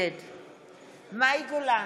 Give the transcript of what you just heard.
נגד מאי גולן,